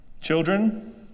children